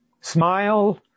Smile